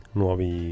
nuovi